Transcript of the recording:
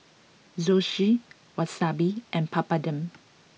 Zosui Wasabi and Papadum